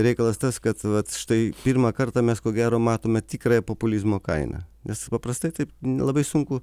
reikalas tas kad vat štai pirmą kartą mes ko gero matome tikrąją populizmo kainą nes paprastai taip labai sunku